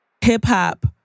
hip-hop